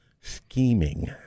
scheming